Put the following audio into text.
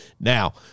Now